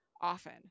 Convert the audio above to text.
often